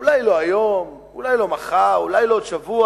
אולי לא היום, אולי לא מחר, אולי לא בעוד שבוע